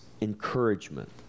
encouragement